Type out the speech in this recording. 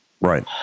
Right